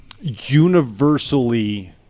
universally